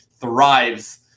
thrives